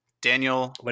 Daniel